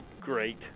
great